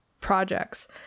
projects